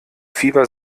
fieber